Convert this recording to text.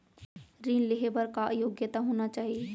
ऋण लेहे बर का योग्यता होना चाही?